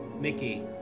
Mickey